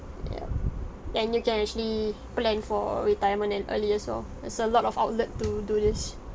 y then you can actually plan for retirement and early also there's a lot of outlet to do this